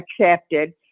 accepted